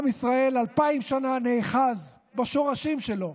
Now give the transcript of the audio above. עם ישראל אלפיים שנה נאחז בשורשים שלו,